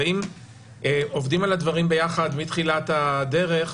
ואם עובדים על הדברים ביחד מתחילת הדרך,